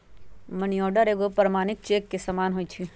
money order एगो प्रमाणिक cheque के समान होइ छै